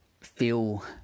feel